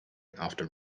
after